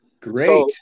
Great